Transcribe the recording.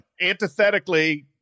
antithetically